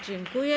Dziękuję.